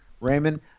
Raymond